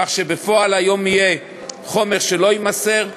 כך שבפועל היום יהיה חומר שלא יימסר,